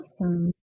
Awesome